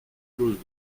clause